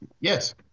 Yes